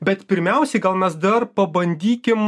bet pirmiausiai gal mes dar pabandykim